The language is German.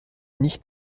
nicht